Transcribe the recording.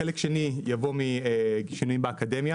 חלק שני שינויים באקדמיה